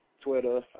Twitter